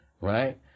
right